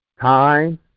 time